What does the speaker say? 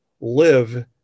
live